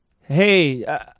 Hey